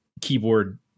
keyboard